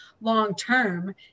long-term